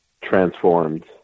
transformed